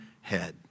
head